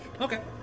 Okay